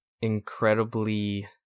incredibly